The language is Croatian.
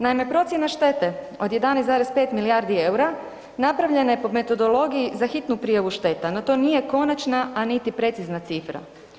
Naime, procjena štete od 11,5 milijardi eura napravljena je po metodologiji za hitnu prijavu šteta, no to nije konačna, a niti precizna cifra.